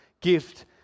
gift